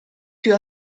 più